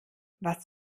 was